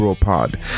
Pod